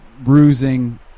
bruising